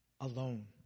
alone